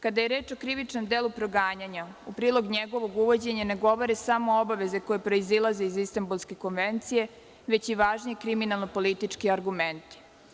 Kada je reč o krivičnog delu proganjanja, u prilog njegovog uvođenja ne govore samo obaveze koje proizilaze iz Istanbulske konvencije, već i važni kriminalno politički argumenti.